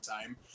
time